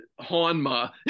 Hanma